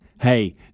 Hey